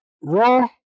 Raw